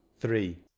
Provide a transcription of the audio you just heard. three